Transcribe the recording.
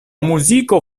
muziko